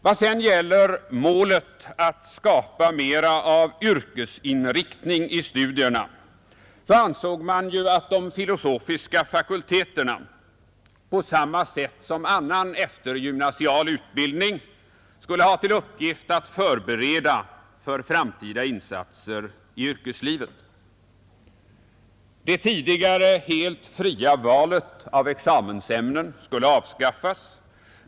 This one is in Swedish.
Vad sedan gäller målet att skapa mera av yrkesinriktning i studierna, så ansåg man ju att studier vid de filosofiska fakulteterna på samma sätt som annan eftergymnasial utbildning skulle ha till uppgift att förbereda för framtida insatser i yrkeslivet. Det tidigare helt fria valet av examensämnen skulle avskaffas.